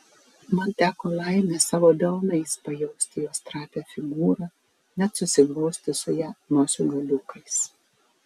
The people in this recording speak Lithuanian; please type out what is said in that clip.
man teko laimė savo delnais pajausti jos trapią figūrą net susiglausti su ja nosių galiukais